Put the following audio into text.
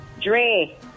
Dre